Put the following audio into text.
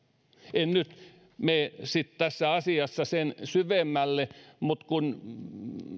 en nyt mene tässä asiassa sen syvemmälle mutta kun